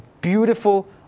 beautiful